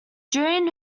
during